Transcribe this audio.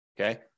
Okay